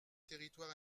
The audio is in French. territoires